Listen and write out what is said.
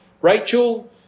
Rachel